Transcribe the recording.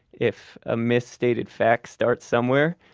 if a misstated fact starts somewhere,